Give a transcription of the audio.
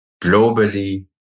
globally